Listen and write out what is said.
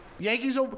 Yankees